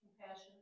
Compassion